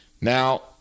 Now